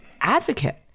advocate